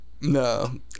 No